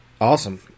Awesome